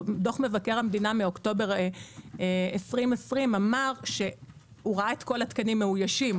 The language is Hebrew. דוח מבקר המדינה מאוקטובר 2020 ראה את כל התקנים מאוישים,